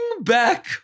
back